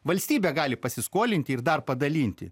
valstybė gali pasiskolinti ir dar padalinti